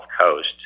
Coast